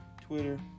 twitter